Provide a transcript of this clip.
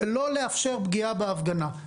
ולא לאפשר פגיעה בהפגנה.